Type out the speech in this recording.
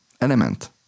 element